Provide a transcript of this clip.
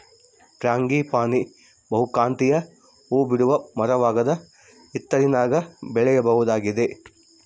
frangipani ಬಹುಕಾಂತೀಯ ಹೂಬಿಡುವ ಮರವಾಗದ ಹಿತ್ತಲಿನಾಗ ಬೆಳೆಯಬಹುದಾಗಿದೆ